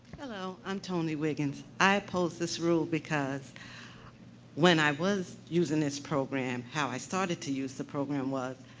hello, i'm toni wiggins. i oppose this rule, because when i was using this program, how i started to use the program was,